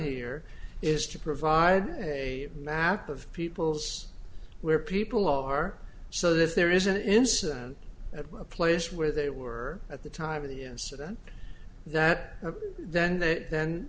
here is to provide a map of people's where people are so that there is an incident at a place where they were at the time of the incident that then th